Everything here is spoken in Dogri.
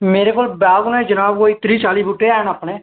मेरे कोल बाग न जनाब कोई त्रीह् चाली बूह्टे हैन अपने